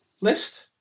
list